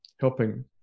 helping